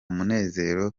munezero